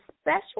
special